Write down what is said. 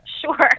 sure